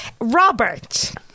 Robert